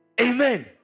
Amen